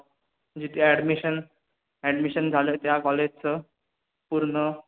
जिथे admission admission झालं त्या कॉलेजचं पूर्ण